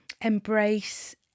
embrace